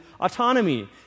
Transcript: autonomy